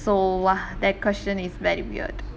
so !wah! that question is very weird